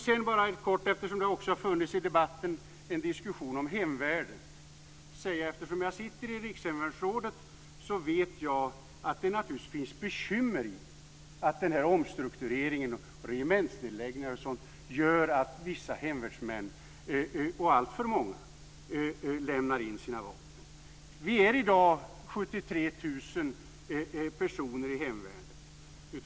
Det har också i debatten funnits en diskussion om hemvärnet. Eftersom jag sitter i Rikshemvärnsrådet vet jag att det naturligtvis finns bekymmer med omstruktureringen och regementsnedläggningar som gör att vissa hemvärnsmän, alltför många, lämnar in sina vapen. Vi är i dag 73 000 personer i hemvärnet.